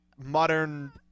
modern